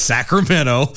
Sacramento